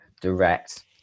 direct